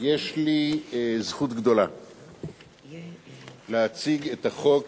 יש לי זכות גדולה להציג את החוק